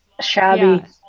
shabby